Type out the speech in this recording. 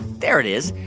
there it is.